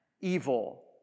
evil